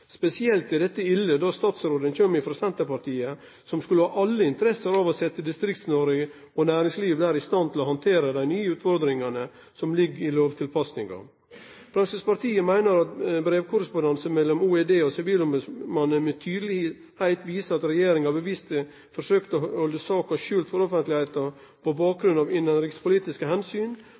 Spesielt er dette ille då statsråden kjem frå Senterpartiet, som skulle ha alle interesser av å setje Distrikts-Noreg og næringslivet der i stand til å handtere dei nye utfordringane som ligg i lovtilpassinga. Framstegspartiet meiner at brevkorrespondansen mellom OED og sivilombudsmannen tydeleg viser at regjeringa bevisst har forsøkt å halde saka skjult for offentlegheita på bakgrunn av innanrikspolitiske